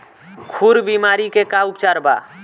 खुर बीमारी के का उपचार बा?